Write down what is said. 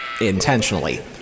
Intentionally